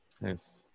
Nice